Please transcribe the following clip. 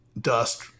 dust